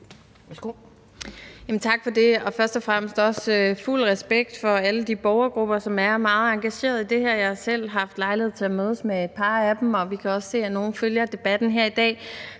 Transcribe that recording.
vil jeg sige, at jeg har fuld respekt for alle de borgergrupper, som er meget engagerede i det her. Jeg har selv haft lejlighed til at mødes med et par af dem, og vi kan også se, at nogle følger debatten her i dag.